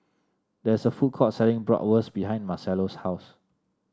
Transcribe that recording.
there is a food court selling Bratwurst behind Marcello's house